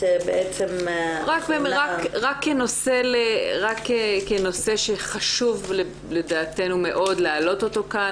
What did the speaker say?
את בעצם יכולה --- רק כנושא שחשוב לדעתנו מאוד להעלות אותו כאן,